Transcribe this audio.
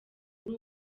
muri